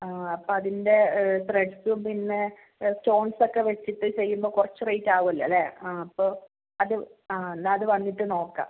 ആ അപ്പം അതിൻ്റെ ത്രെഡ്സും പിന്നെ സ്റ്റോൺസ് ഒക്കെ വെച്ചിട്ട് ചെയ്യുമ്പം കുറച്ച് റേറ്റ് ആവുമല്ലോ അല്ലേ ആ അപ്പോൾ അത് ആ എന്നാൽ അത് വന്നിട്ട് നോക്കാം